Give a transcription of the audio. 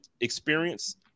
experience